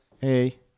Hey